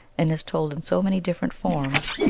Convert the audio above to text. and is told in so many different forms,